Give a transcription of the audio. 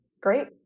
Great